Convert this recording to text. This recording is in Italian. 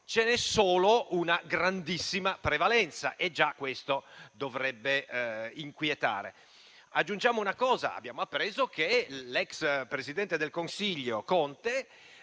Ce n'è solo una grandissima prevalenza e già questo dovrebbe inquietare. Aggiungiamo una cosa: abbiamo appreso che l'ex presidente del Consiglio Conte,